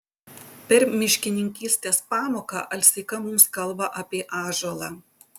per miškininkystės pamoką alseika mums kalba apie ąžuolą